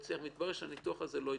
והתברר שהניתוח הזה לא הצליח,